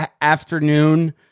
afternoon